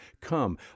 Come